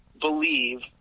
believe